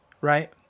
right